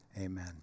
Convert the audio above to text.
amen